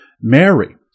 Mary